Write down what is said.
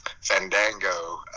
Fandango